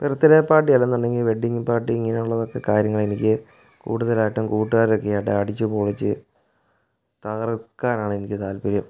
birthday party അല്ലെന്നുണ്ടെങ്കിൽ wedding party ഇങ്ങനെയുള്ളതൊക്കെ കാര്യങ്ങളെനിക്ക് കൂടുതലായിട്ട് കൂട്ടുകാരൊക്കെ ആയിട്ട് അടിച്ചുപൊളിച്ച് തകർക്കാനാണെനിക്ക് താല്പര്യം